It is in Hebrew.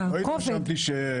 לא התרשמתי מכך,